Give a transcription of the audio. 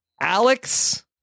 Alex